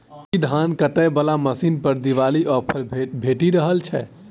की धान काटय वला मशीन पर दिवाली ऑफर भेटि रहल छै?